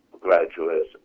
graduates